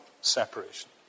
separation